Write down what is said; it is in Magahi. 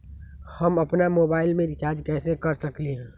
हम अपन मोबाइल में रिचार्ज कैसे कर सकली ह?